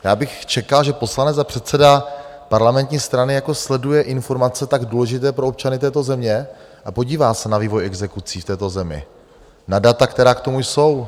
Já bych čekal, že poslanec a předseda parlamentní strany jako sleduje informace tak důležité pro občany této země a podívá se na vývoj exekucí v této zemi, na data, která k tomu jsou.